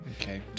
Okay